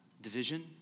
division